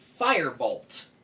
Firebolt